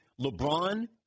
LeBron